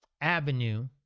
avenue